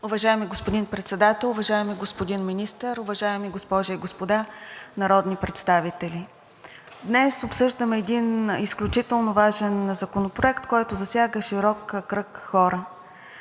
Уважаеми господин Председател, уважаеми господин Министър, уважаеми госпожи и господа народни представители! Днес обсъждаме един изключително важен законопроект, който засяга широк кръг хора.